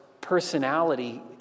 personality